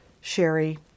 Sherry